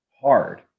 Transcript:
hard